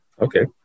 Okay